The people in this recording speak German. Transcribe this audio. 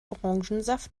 orangensaft